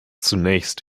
zunächst